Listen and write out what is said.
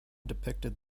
depicted